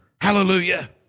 Hallelujah